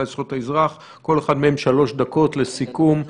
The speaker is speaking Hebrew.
לזכויות האזרח לכל אחת שלוש דקות לסיכום.